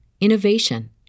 innovation